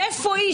איפה היא?